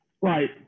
right